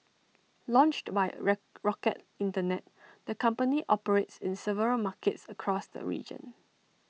launched by rock rocket Internet the company operates in several markets across the region